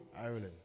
Ireland